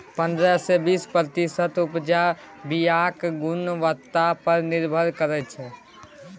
पंद्रह सँ बीस प्रतिशत उपजा बीयाक गुणवत्ता पर निर्भर करै छै